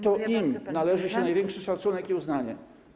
To im należy się największy szacunek i uznanie.